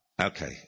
Okay